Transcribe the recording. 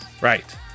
Right